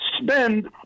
spend